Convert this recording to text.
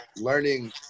learning